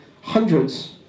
hundreds